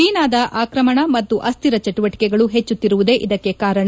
ಚೀನಾದ ಆಕ್ರಮಣ ಮತ್ತು ಅಶ್ಠಿರ ಚಟುವಟಿಕೆಗಳು ಹೆಚ್ಚುತ್ತಿರುವುದೇ ಇದಕ್ಕೆ ಕಾರಣ